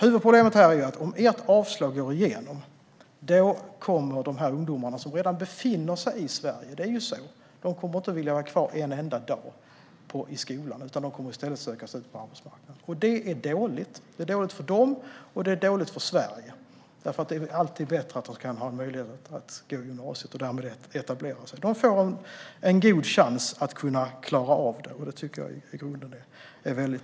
Huvudproblemet är att om det avslag som Sverigedemokraterna vill ha går igenom kommer de ungdomar som redan befinner sig i Sverige inte att vilja vara kvar en enda dag till i skolan, utan de kommer i stället att söka sig ut på arbetsmarknaden. Detta är dåligt, både för dem och för Sverige, för det är alltid bättre att de har möjlighet att gå i gymnasiet och därmed etablera sig. De får en god chans att klara av detta, och det tycker jag i grunden är bra.